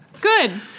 Good